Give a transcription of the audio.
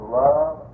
love